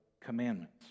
Commandments